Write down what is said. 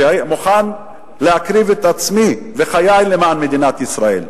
שמוכן להקריב את עצמי ואת חיי למען מדינת ישראל,